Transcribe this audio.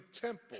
temple